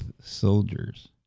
soldiers